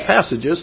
passages